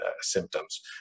symptoms